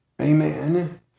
Amen